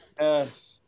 yes